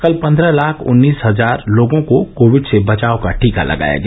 कल पन्द्रह लाख उन्नीस हजार लोगों को कोविड से बचाव का टीका लगाया गया